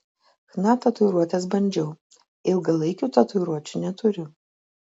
chna tatuiruotes bandžiau ilgalaikių tatuiruočių neturiu